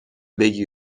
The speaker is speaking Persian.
بگی